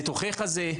ניתוחי חזה.